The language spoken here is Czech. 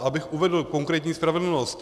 Abych uvedl konkrétní spravedlnost.